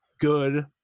good